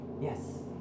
Yes